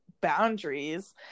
boundaries